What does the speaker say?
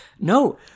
no